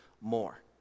more